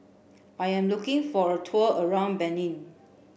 I am looking for a tour around Benin